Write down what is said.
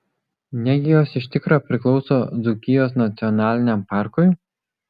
negi jos iš tikro priklauso dzūkijos nacionaliniam parkui